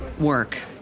work